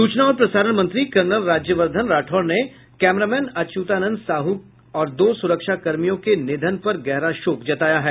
सूचना और प्रसारण मंत्री कर्नल राज्यवद्धन राठौड़ ने कैमरा मैन अच्यूतानंद साहू और दो सुरक्षाकर्मियों के निधन पर गहरा शोक जताया है